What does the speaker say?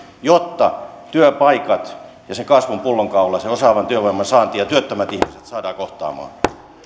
jotta työpaikat kasvun pullonkaula osaavan työvoiman saanti ja työttömät ihmiset saadaan kohtaamaan